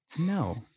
No